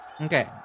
Okay